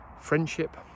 friendship